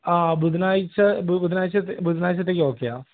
ആ ബുധനാഴ്ച ബുധനാഴ്ച ബുധനാഴ്ചത്തേയ്ക്ക് ഓക്കെയാണോ